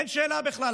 אין שאלה בכלל.